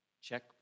check